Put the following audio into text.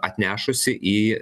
atnešusi į